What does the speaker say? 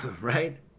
Right